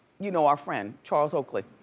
you know, our friend, charles oakley.